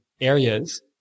areas